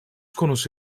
konusu